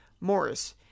Morris